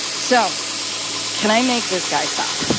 so can i make this guy stop?